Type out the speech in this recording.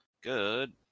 Good